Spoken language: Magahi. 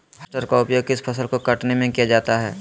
हार्बेस्टर का उपयोग किस फसल को कटने में किया जाता है?